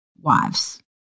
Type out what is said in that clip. wives